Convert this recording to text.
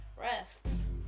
Rests